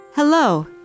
Hello